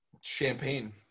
Champagne